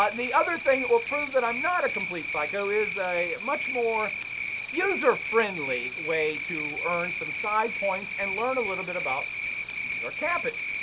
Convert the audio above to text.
but the other thing that prove that i'm not a complete psycho is a much more user friendly way to earn some side points and learn a little bit about your campus,